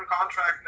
contract